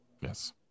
Yes